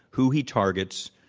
who he targets.